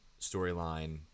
storyline